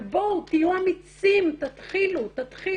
אבל בואו, תהיו אמיצים, תתחילו.